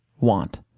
want